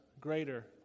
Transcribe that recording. greater